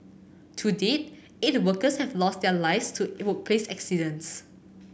to date eight workers have lost their lives to workplace accidents